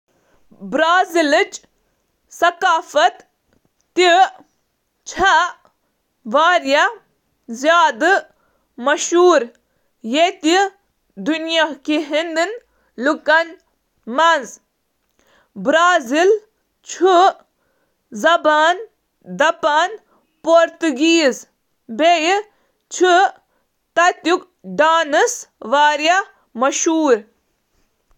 کیٛاہ ژٕ ہٮ۪کہٕ مےٚ برازیل کِس ثقافتَس مُتلِق کینٛہہ ؤنِتھ؟ برازیلٕچ ثقافت چِھ مقٲمی ہندوستانین، افریقی تہٕ پرتگالیو سٕتۍ متٲثر، یتھ منز پرتگالی ساروی کھوتہٕ زیادٕ غٲلب چِھ۔ ساروٕے کھۄتہٕ مشہوٗر ایونٹ چھُ ریو ڈی جنیروُک کارنیوال، یَتھ منٛز واریاہ رنگ، موسیقی، پریڈ چھِ۔